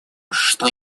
что